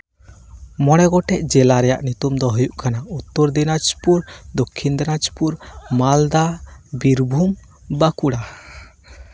ᱢᱚᱬᱮ ᱜᱚᱴᱮᱡ ᱡᱮᱞᱟ ᱨᱮᱭᱟᱜ ᱧᱩᱛᱩᱢ ᱫᱚ ᱦᱩᱭᱩᱜ ᱠᱟᱱᱟ ᱩᱛᱛᱚᱨ ᱫᱤᱱᱟᱡᱯᱩᱨ ᱫᱚᱠᱠᱷᱤᱱ ᱫᱤᱱᱟᱡᱯᱩᱨ ᱢᱟᱞᱫᱟ ᱵᱤᱨᱵᱷᱩᱢ ᱵᱟᱸᱠᱩᱲᱟ